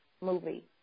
movie